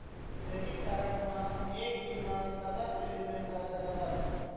Credit card मे एक दिन म कतक के लेन देन कर सकत हो?